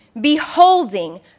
beholding